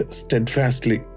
steadfastly